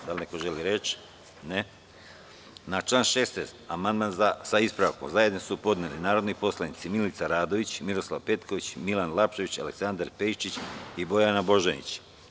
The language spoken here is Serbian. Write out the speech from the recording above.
Da li neko želi reč? (Ne.) Na član 16. amandman, sa ispravkom, zajedno su podneli narodni poslanici Milica Radović, Miroslav Petković, Milan Lapčević, Aleksandar Pejčić i Bojana Božanić.